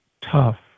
tough